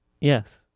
Yes